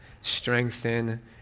strengthen